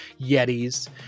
Yetis